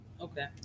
Okay